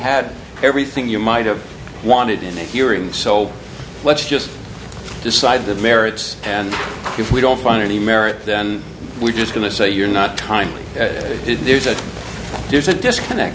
had everything you might have wanted in a hearing so let's just decide the merits and if we don't find any merit and we're just going to say you're not timely there's a there's a disconnect